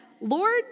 Lord